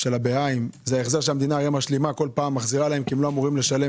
זה החזר שהמדינה מחזירה להם, כי הם לא אמורים לשלם